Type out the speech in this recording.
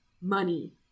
money